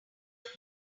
were